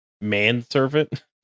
manservant